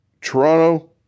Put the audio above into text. toronto